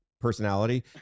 personality